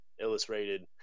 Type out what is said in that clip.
illustrated